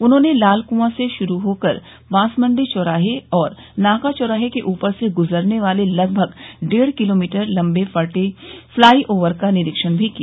उन्होंने लाल कुआं से श्रू होकर बांसमण्डी चौराहे और नाका चौराहे के ऊपर से ग्जरने वाले लगभग डेढ़ किलोमीटर लंबे फ्लाईओवर का निरीक्षण भी किया